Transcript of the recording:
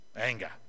anger